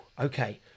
okay